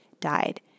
died